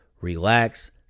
relax